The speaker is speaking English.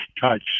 touch